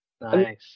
Nice